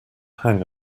hang